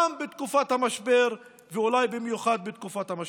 גם בתקופת המשבר ואולי במיוחד בתקופת המשבר.